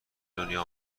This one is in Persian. دنیا